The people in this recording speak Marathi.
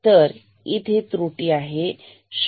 इथे त्रुटी आहे 0